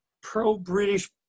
pro-british